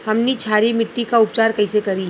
हमनी क्षारीय मिट्टी क उपचार कइसे करी?